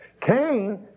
Cain